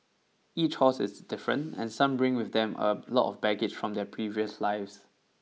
each horse is different and some bring with them a lot of baggage from their previous lives